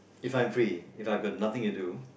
if I'm free If I got nothing to do